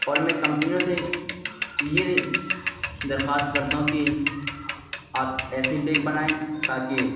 اور میں کمپنیوں سے یہ نی درخواست کرتا ہوں کہ آپ ایسے ہی بیگ بنائیں تاکہ